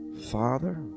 Father